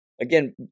Again